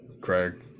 Craig